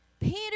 Peter